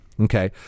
okay